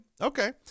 Okay